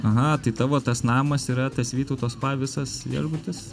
aha tai tavo tas namas yra tas vytauto spa visas viešbutis